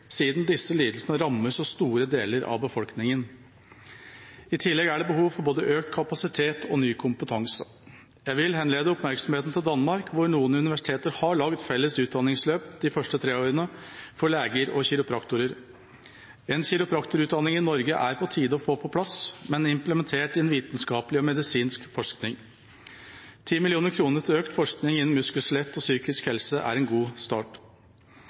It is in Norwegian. siden disse lidelsene rammer så store deler av befolkningen. I tillegg er det behov for både økt kapasitet og ny kompetanse. Jeg vil henlede oppmerksomheten på Danmark, hvor noen universiteter har lagd felles utdanningsløp for leger og kiropraktorer de første tre årene. En kiropraktorutdanning i Norge er det på tide å få på plass, men implementert i en vitenskapelig og medisinsk forskning. 10 mill. kr til økt forskning innen muskel- og skjelettlidelser og psykisk helse er en god start.